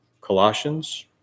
Colossians